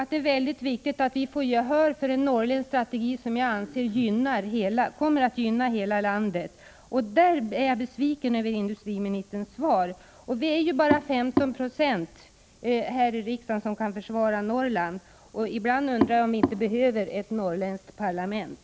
Det är mycket viktigt att vi får gehör för en norrländsk strategi, vilken jag anser kommer att gynna hela landet. I fråga om detta är jag besviken över industriministerns svar. Vi som kan försvara Norrland här i riksdagen utgör bara 15 26. Ibland undrar jag därför om vi inte behöver ett norrländskt parlament.